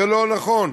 זה לא נכון,